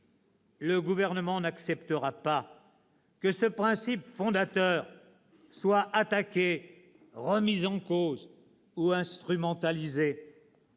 Le Gouvernement n'acceptera pas que ce principe fondateur soit attaqué, remis en cause ou instrumentalisé.